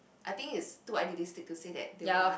I think it's too idealistic to say that they will last